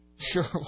Sure